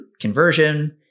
conversion